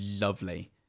Lovely